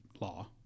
law